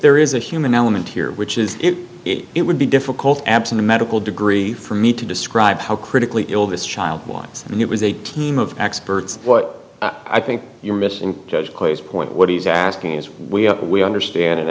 there is a human element here which is it would be difficult absent a medical degree for me to describe how critically ill this child wants and it was a team of experts what i think you're missing judge clay's point what he's asking is we we understand an